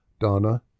Donna